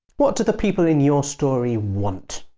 what do the people in your story want?